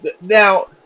Now